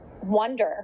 wonder